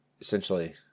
essentially